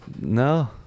No